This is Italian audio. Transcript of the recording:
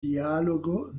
dialogo